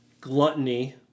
gluttony